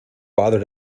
bother